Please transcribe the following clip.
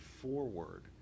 forward